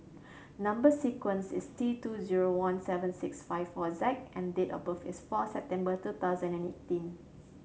number sequence is T two zero one seven six five four Z and date of birth is four September two thousand and eighteen